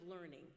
learning